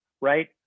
right